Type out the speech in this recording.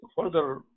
further